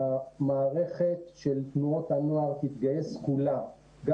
המערכת של תנועות הנוער תתגייס כולה גם